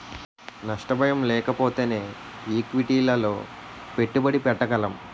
నష్ట భయం లేకపోతేనే ఈక్విటీలలో పెట్టుబడి పెట్టగలం